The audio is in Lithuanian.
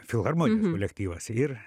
filharmonijos kolektyvas ir